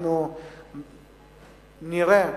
שנראה